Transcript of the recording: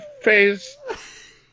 face